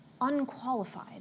unqualified